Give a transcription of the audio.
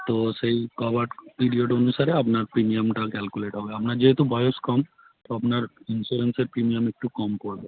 তো সেই cover period অনুসারে আপনার প্রিমিয়ামটা ক্যালকুলেট হবে আপনার যেহেতু বয়স কম তো আপনার ইন্সোরেন্সের প্রিমিয়াম একটু কম পড়বে